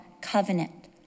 covenant